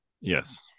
Yes